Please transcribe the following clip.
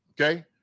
okay